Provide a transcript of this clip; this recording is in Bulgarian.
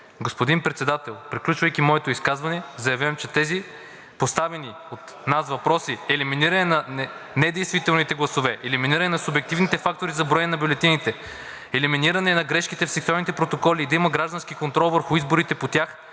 Господин Председател, приключвайки моето изказване, заявявам, че тези поставени от нас въпроси – елиминиране на недействителните гласове, елиминиране на субективните фактори за броене на бюлетините, елиминиране на грешките в секционните протоколи и да има граждански контрол върху изборите по тях,